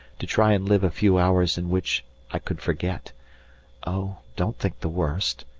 to try and live a few hours in which i could forget oh! don't think the worst!